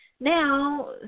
Now